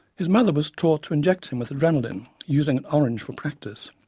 his mother was taught to inject him with adrenaline, using an orange for practice.